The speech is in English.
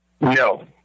No